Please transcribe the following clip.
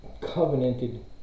covenanted